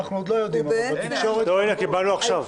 אנחנו עוד לא יודעים, אבל בתקשורת כבר יודעים.